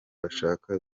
bashaka